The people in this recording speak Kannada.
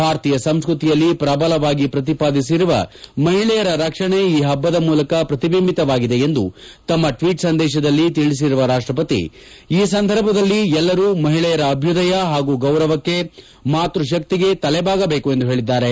ಭಾರತೀಯ ಸಂಸ್ಕೃತಿಯಲ್ಲಿ ಪ್ರಬಲವಾಗಿ ಪ್ರತಿಪಾದಿಸಿರುವ ಮಹಿಳೆಯರ ರಕ್ಷಣೆ ಈ ಪಬ್ಬದ ಮೂಲಕ ಪ್ರತಿಬಿಂಬಿತವಾಗಿದೆ ಎಂದು ತಮ್ಮ ಟ್ವೀಟ್ ಸಂದೇಶದಲ್ಲಿ ತಿಳಿಸಿರುವ ರಾಷ್ಟಪತಿ ಈ ಸಂದರ್ಭದಲ್ಲಿ ಎಲ್ಲರೂ ಮಹಿಳೆಯರ ಅಭ್ಯುದಯ ಹಾಗೂ ಗೌರವಕ್ಕೆ ಮಾತೃಶಕ್ತಿಗೆ ತಲೆಬಾಗಬೇಕು ಎಂದು ಹೇಳಿದ್ದಾರೆ